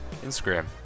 instagram